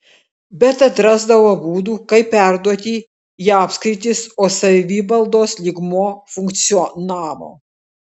bet atrasdavo būdų kaip perduoti į apskritis o savivaldos lygmuo funkcionavo